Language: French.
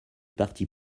partis